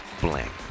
blank